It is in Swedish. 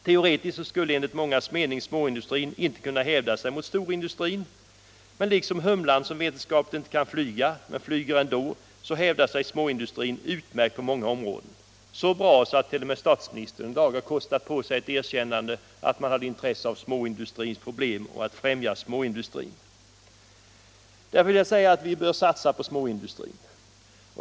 Teoretiskt skulle enligt mångas mening småindustrin inte kunna hävda sig mot storindustrin, men liksom humlan, som vetenskapligt inte kan flyga och flyger ändå, hävdar sig småindustrin utmärkt på många områden — så bra att t.o.m. statsministern i dag har kostat på sig ett erkännande att man har förståelse för småindustrins problem och intresse av att främja småindustrin. Mot den bakgrunden vill jag säga att vi bör satsa på småindustrin.